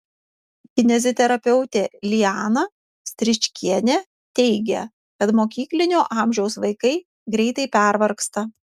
kineziterapeutė liana stričkienė teigia kad mokyklinio amžiaus vaikai greitai pervargsta